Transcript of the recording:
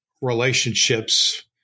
relationships